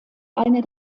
einer